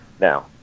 Now